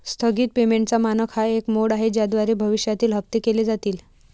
स्थगित पेमेंटचा मानक हा एक मोड आहे ज्याद्वारे भविष्यातील हप्ते केले जातील